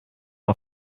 mal